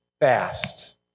fast